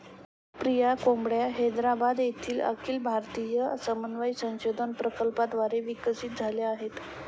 ग्रामप्रिया कोंबड्या हैदराबाद येथील अखिल भारतीय समन्वय संशोधन प्रकल्पाद्वारे विकसित झाल्या आहेत